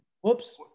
whoops